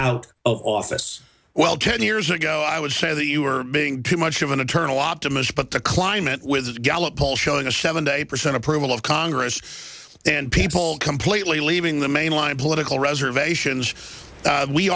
out of office well ten years ago i would say that you are being too much of an eternal optimist but the climate with gallup poll showing a seven day percent approval of congress and people completely leaving the mainline political reservations